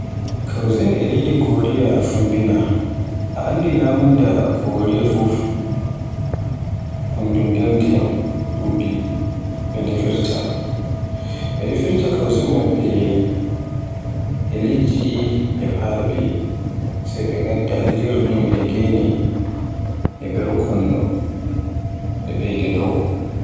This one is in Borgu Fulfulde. Cuisine e leydi Koriya Fombina a anndi nyamunda maɓɓe fuf un ɗun nder ndiyam ɗuɗi ɓe defirta, ɓe defirta cuisine maɓɓe e liɗɗi e faɓi sai ɓe ɓeyda liyorɗum e gene e borkonno, ɓe ɓeyda dow.